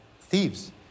thieves